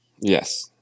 Yes